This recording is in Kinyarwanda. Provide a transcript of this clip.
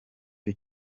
cyo